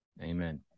Amen